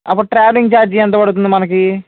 అప్పుడు ట్రావెలింగ్ ఛార్జీ ఎంత పడుతుంది మనకి